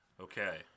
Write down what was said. Okay